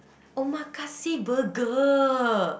Omakase burger